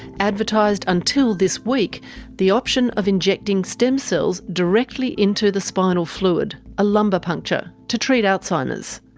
advertised until this week the option of injecting stem cells directly into the spinal fluid, a lumbar puncture, to treat alzheimer's.